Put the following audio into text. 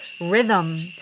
rhythm